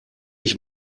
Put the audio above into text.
ich